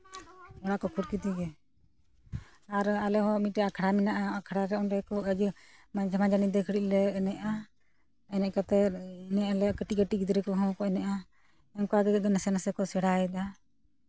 ᱚᱲᱟᱜ ᱠᱚ ᱠᱷᱟᱹᱲ ᱠᱮᱫᱮᱜᱮ ᱟᱨ ᱟᱞᱮ ᱦᱚᱸ ᱢᱤᱫᱴᱟᱝ ᱟᱠᱷᱲᱟ ᱢᱮᱱᱟᱜᱼᱟ ᱟᱠᱷᱲᱟ ᱨᱮ ᱚᱸᱰᱮ ᱠᱚ ᱢᱟᱡᱷᱮ ᱢᱚᱫᱽᱫᱷᱮ ᱠᱟᱹᱴᱤᱡ ᱞᱮ ᱮᱱᱮᱡᱼᱟ ᱮᱱᱮᱡ ᱠᱟᱛᱮ ᱧᱮᱞ ᱦᱩᱭᱩᱜᱼᱟ ᱠᱟᱹᱴᱤᱡ ᱠᱟᱹᱴᱤᱡ ᱜᱤᱫᱽᱨᱟᱹ ᱠᱚᱦᱚᱸ ᱠᱚ ᱮᱱᱮᱡᱼᱟ ᱚᱱᱠᱟᱜᱮ ᱡᱩᱫᱤ ᱱᱟᱥᱮ ᱱᱟᱥᱮ ᱠᱚ ᱥᱮᱬᱟᱭᱮᱫᱟ